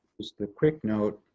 just a quick note.